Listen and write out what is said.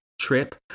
trip